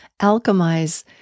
alchemize